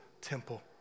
temple